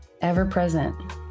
ever-present